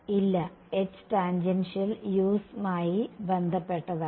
ഇല്ല H tangential u'sമായി ബന്ധപ്പെട്ടതാണ്